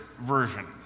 version